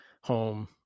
home